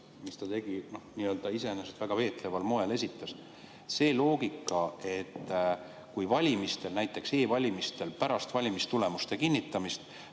mis ta tegi, iseenesest väga veetleval moel esitas. See loogika, et kui valimistel, näiteks e‑valimistel pärast valimistulemuste kinnitamist